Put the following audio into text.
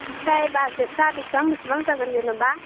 ओमफ्राय बाजेदफ्रा बेसेबां बेसेबां जागोन जेन'बा